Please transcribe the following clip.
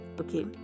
okay